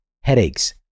headaches